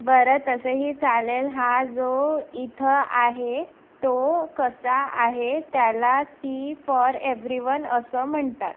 बरं तसंही चालेल हा जो इथं आहे तो कसा आहे त्याला सी फॉर एव्हरीवन असं म्हणतात